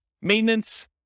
Maintenance